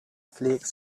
flakes